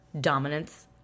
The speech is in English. dominance